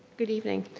good evening.